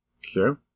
Sure